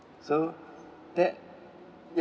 so that ya